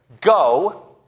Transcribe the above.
Go